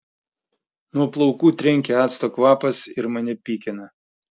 nuo plaukų trenkia acto kvapas ir mane pykina